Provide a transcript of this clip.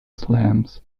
slams